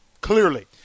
clearly